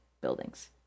buildings